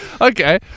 Okay